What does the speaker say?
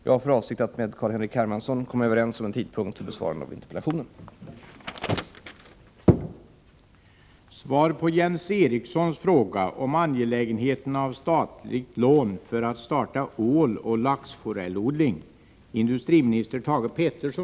Jag har för avsikt att med Carl-Henrik Hermansson komma överens om en tidpunkt för besvarande av interpellationen.